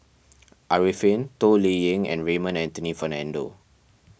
Arifin Toh Liying and Raymond Anthony Fernando